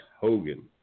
Hogan